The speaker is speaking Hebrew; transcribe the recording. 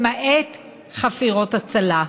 למעט חפירות הצלה.